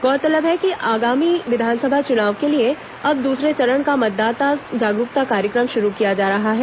गौरतलब है कि आगामी विधानसभा चुनाव के लिए अब दूसरे चरण का मतदाता जागरूकता कार्यक्रम शुरू किया जा रहा है